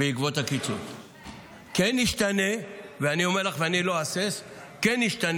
כן ישתנה, ואני אומר לך, ואני לא אהסס, כן ישתנה,